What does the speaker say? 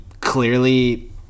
clearly –